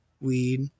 weed